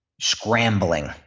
scrambling